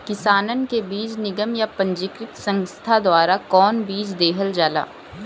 किसानन के बीज निगम या पंजीकृत संस्था द्वारा कवन बीज देहल जाला?